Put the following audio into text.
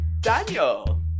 Daniel